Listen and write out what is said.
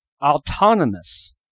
autonomous